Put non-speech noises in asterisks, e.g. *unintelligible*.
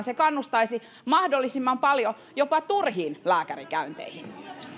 *unintelligible* se kannustaisi mahdollisimman paljon jopa turhiin lääkärikäynteihin